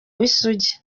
w’isugi